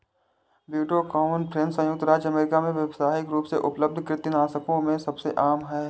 brodifacoum संयुक्त राज्य America में व्यावसायिक रूप से उपलब्ध कृंतकनाशकों में सबसे आम है